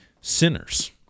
sinners